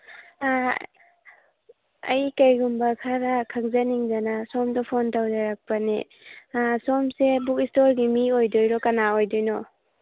ꯑ ꯑꯩ ꯀꯔꯤꯒꯨꯝꯕ ꯈꯔ ꯈꯪꯖꯅꯤꯡꯗꯅ ꯁꯣꯝꯗ ꯐꯣꯟ ꯇꯧꯖꯔꯛꯄꯅꯦ ꯁꯣꯝꯁꯦ ꯕꯨꯛ ꯏꯁꯇꯣꯔꯒꯤ ꯃꯤ ꯑꯣꯏꯗꯣꯏꯔꯣ ꯀꯅꯥ ꯑꯣꯏꯗꯣꯏꯅꯣ